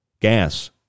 gas